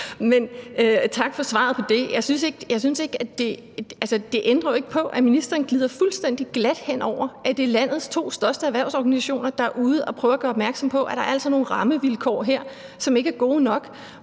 og tak for svaret på det. Men jeg synes ikke, det ændrer på, at ministeren glider fuldstændig glat hen over det. Det er landets to største erhvervsorganisationer, der er ude at prøve at gøre opmærksom på, at der altså her er nogle rammevilkår, som ikke er gode nok,